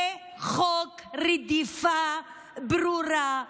זה חוק רדיפה ברורה,